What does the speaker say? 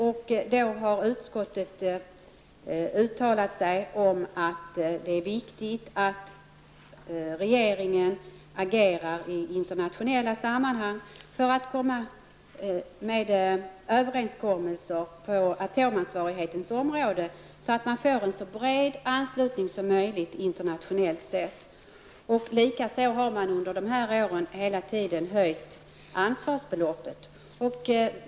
Utskottet har då uttalat sig om att det är viktigt att regeringen agerar i internationella sammanhang för att komma fram till överenskommelser på atomansvarighetsområdet. Detta för att man skall få en så bred anslutning som möjligt internationellt sett. Man har även under åren hela tiden höjt ansvarsbeloppet.